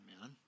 man